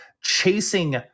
chasing